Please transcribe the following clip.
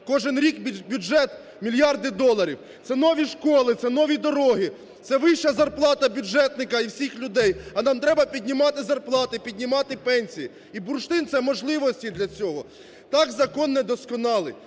кожен рік в бюджет мільярди доларів. Це нові школи, це нові дороги, це вища зарплата бюджетника і всіх людей, а нам треба піднімати зарплати, піднімати пенсії. І бурштин – це можливості для цього. Так, закон недосконалий,